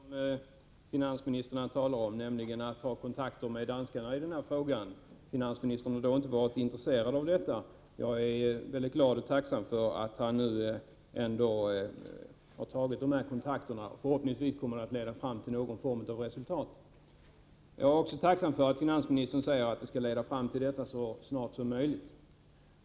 Herr talman! Jag har tidigare efterlyst just det som finansministern här talar om, nämligen kontakter med danskarna i denna fråga. Finansministern har då inte varit intresserad av sådana kontakter, och jag är väldigt glad och tacksam över att han nu ändå har etablerat sådana. Förhoppningsvis kommer det att leda fram till någon form av resultat. Jag är också tacksam för att finansministern säger att man skall försöka nå resultat så snart som möjligt.